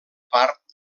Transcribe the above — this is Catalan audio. part